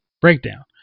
breakdown